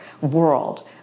world